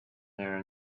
there